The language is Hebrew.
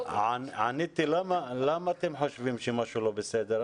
עניתי, למה אתם חושבים שמשהו לא בסדר?